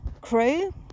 crew